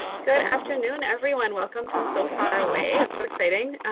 good afternoon everyone, welcome from so far away. it's so exciting